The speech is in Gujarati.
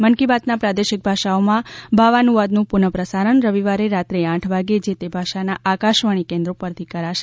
મન કી બાતના પ્રાદેશિક ભાષાઓમાં ભાવાનુવાદનું પુનઃ પ્રસારણ રવિવારે રાત્રે આઠ વાગે જે તે ભાષાના આકાશવાણીના કેન્દ્રો પરથી કરાશે